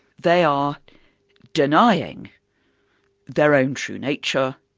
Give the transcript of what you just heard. they are denying their own true nature